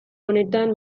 honetan